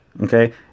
Okay